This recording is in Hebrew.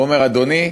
ונאמר: אדוני,